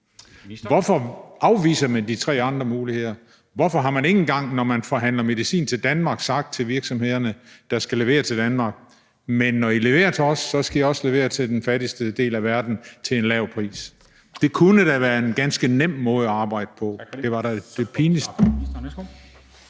Hvorfor afviser man de tre andre muligheder? Hvorfor har man ikke engang, da man forhandlede om medicin til Danmark, sagt til virksomhederne, der skal levere til Danmark, at når de leverer til os, skal de også levere til den fattigste del af verden til en lav pris? Det kunne da være en ganske nem måde at arbejde på. Kl. 14:45 Formanden